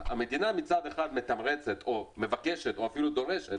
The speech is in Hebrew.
המדינה מצד אחד מתמרצת או מבקשת או אפילו דורשת